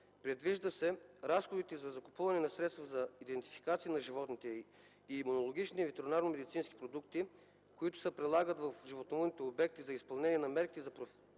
Предвижда се разходите за закупуване на средствата за идентификацията на животните и имунологичните ветеринарномедицински продукти, които се прилагат в животновъдните обекти за изпълнение на мерките за профилактика,